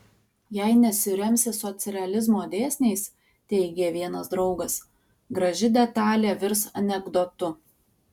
jei nesiremsi socrealizmo dėsniais teigė vienas draugas graži detalė virs anekdotu